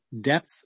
depth